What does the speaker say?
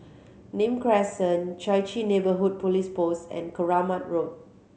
Nim Crescent Chai Chee Neighbourhood Police Post and Keramat Road